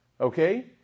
okay